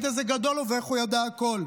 איזה גדול הוא ואיך הוא ידע הכול.